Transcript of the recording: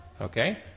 Okay